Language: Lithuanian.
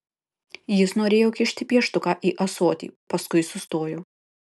jis norėjo kišti pieštuką į ąsotį paskui sustojo